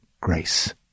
grace